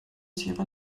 sierra